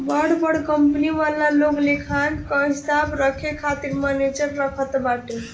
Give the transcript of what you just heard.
बड़ बड़ कंपनी वाला लोग लेखांकन कअ हिसाब रखे खातिर मनेजर रखत बाटे